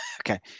Okay